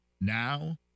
now